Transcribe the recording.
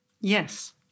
Yes